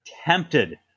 tempted